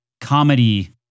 comedy